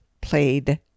played